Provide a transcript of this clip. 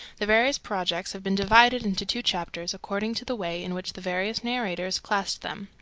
the various projects have been divided into two chapters, according to the way in which the various narrators classed them.